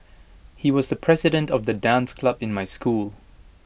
he was the president of the dance club in my school